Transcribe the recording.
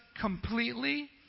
completely